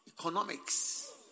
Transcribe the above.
economics